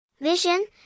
Vision